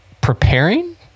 preparing